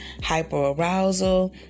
hyperarousal